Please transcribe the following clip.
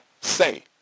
say